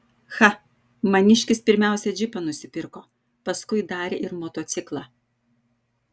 cha maniškis pirmiausia džipą nusipirko paskui dar ir motociklą